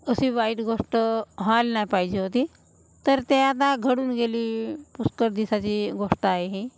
अशी वाईट गोष्ट व्हायला नाही पाहिजे होती तर ते आता घडून गेली पुष्कळ दिसाची गोष्ट आहे ही